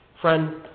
Friend